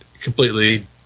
completely